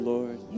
Lord